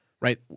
right